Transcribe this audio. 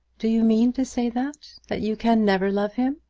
do you mean to say that that you can never love him?